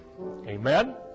Amen